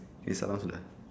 okay sort of lah